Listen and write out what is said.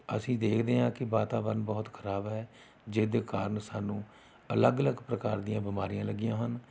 ਅਸੀਂ ਦੇਖਦੇ ਹਾਂ ਕਿ ਵਾਤਾਵਰਨ ਬਹੁਤ ਖ਼ਰਾਬ ਹੈ ਜਿਹਦੇ ਕਾਰਨ ਸਾਨੂੰ ਅਲੱਗ ਅਲੱਗ ਪ੍ਰਕਾਰ ਦੀਆਂ ਬਿਮਾਰੀਆਂ ਲੱਗੀਆਂ ਹਨ